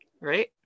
Right